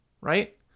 right